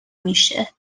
میشه